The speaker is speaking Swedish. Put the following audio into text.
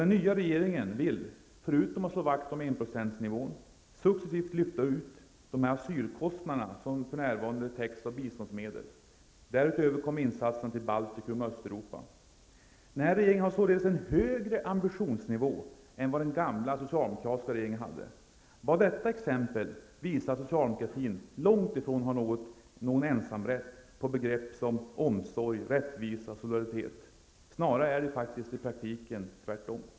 Den nya regeringen vill, förutom att slå vakt om enprocentsnivån, successivt lyfta ut de asylkostnader som för närvarande täcks av biståndsmedel. Därutöver kommer insatserna till Baltikum och Östeuropa. Den här regeringen har således en högre ambitionsnivå än vad den gamla socialdemokratiska regeringen hade. Bara detta exempel visar att socialdemokratin långt ifrån har någon ensamrätt på begrepp som omsorg, rättvisa och solidaritet. Snarare är det i praktiken tvärtom.